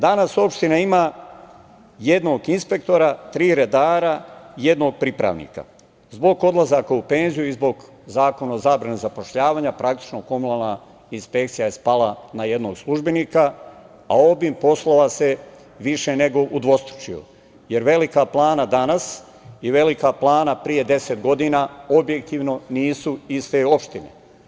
Danas, opština ima jednog inspektora, tri redara i jednog pripravnika, zbog odlazaka u penziju i zbog Zakona o zabrani zapošljavanja, praktično komunalna inspekcija je spala na jednog službenika, a obim poslova se više nego udvostručio, jer Velika Plana danas, i Velika Plana pre 10 godina, objektivno nisu iste opštine.